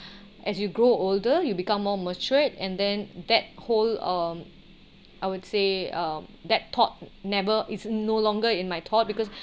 as you grow older you become more mature and then that whole um I would say um that thought never is no longer in my thought because